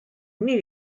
nii